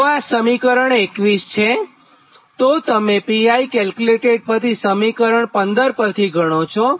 તો આ સમીકરણ 21 છે તમે Picalculated સમીકરણ 15 પરથી ગણી શકો